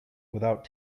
without